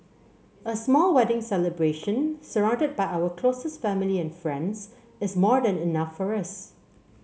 a small wedding celebration surrounded by our closest family and friends is more than enough for us